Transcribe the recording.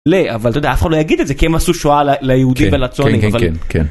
אבל אתה יודע אף אחד לא יגיד את זה כי הם עשו שואה ליהודים ולצוענים.